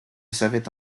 savaient